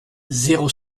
zéro